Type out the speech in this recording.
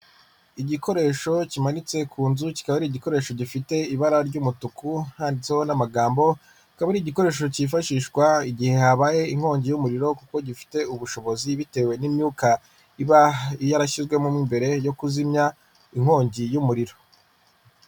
Igikoresho kimanitse ku nzu kikaba ari igikoresho gifite ibara ry'umutuku handitseho n'amagambo. Kikaba ari igikoresho kifashishwa igihe habaye inkongi y'umuriro kuko gifite ubushobozi bitewe n'imyuka iba yarashyizwemo mbere yo kuzimya inkongi y'umuriro.